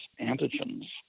antigens